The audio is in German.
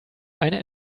eine